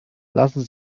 lassen